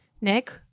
Nick